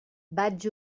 vaig